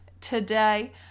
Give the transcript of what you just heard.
today